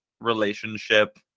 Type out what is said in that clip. relationship